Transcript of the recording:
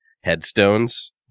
headstones